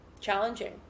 challenging